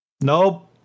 Nope